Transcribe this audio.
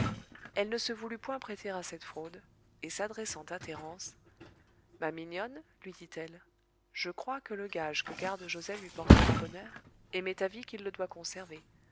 elle ne se voulut point prêter à cette fraude et s'adressant à thérence ma mignonne lui dit-elle je crois que le gage que garde joset lui portera bonheur et m'est avis qu'il le doit conserver